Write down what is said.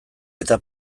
eta